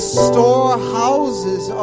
storehouses